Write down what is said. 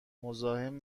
مزاحم